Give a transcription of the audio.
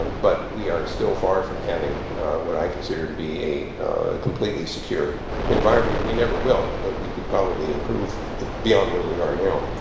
but we are still far from having what i consider to be a completely secure environment. we never will. but we can probably improve beyond where we are now.